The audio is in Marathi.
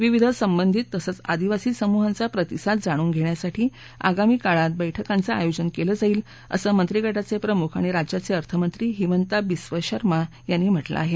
विविध संबंधित तसंच आदिवासी समूहांचा प्रतिसाद जाणून घेण्यासाठी आगामी काळात बैठकांचं आयोजन केलं जाईल असं मंत्रिगटाचे प्रमुख आणि राज्याचे अर्थमंत्री हिमंता बिस्व शर्मा यांनी म्हटलं आहे